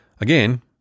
Again